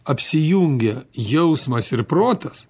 apsijungia jausmas ir protas